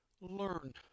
Learn